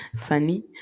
funny